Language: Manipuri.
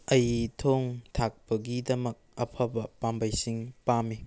ꯑꯩ ꯊꯣꯡ ꯊꯥꯛꯄꯒꯤꯗꯃꯛ ꯑꯐꯕ ꯄꯥꯝꯕꯩꯁꯤꯡ ꯄꯥꯝꯏ